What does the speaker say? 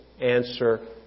Answer